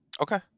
Okay